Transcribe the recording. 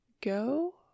Go